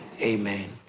Amen